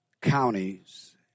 counties